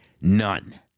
None